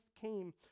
came